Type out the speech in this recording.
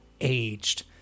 aged